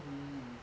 mm